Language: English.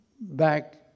back